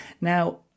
Now